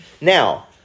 Now